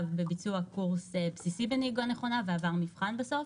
בביצוע קורס בסיסי בנהיגה נכונה ועבר מבחן בסוף,